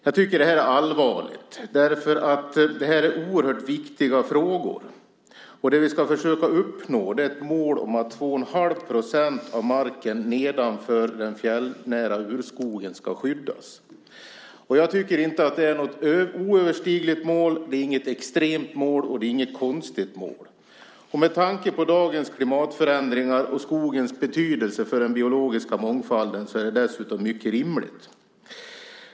Jag tycker att det här är allvarligt, därför att det är oerhört viktiga frågor. Det vi ska försöka uppnå är ett mål om att 2 1⁄2 % av marken nedanför den fjällnära urskogen ska skyddas. Jag tycker inte att det är ett oöverstigligt mål, det är inget extremt mål och det är inget konstigt mål. Med tanke på dagens klimatförändringar och skogens betydelse för den biologiska mångfalden är det dessutom mycket rimligt.